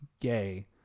gay